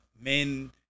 men